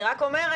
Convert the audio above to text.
אני רק אומרת,